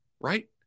Right